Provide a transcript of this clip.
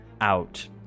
out